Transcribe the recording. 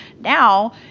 Now